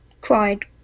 cried